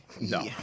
No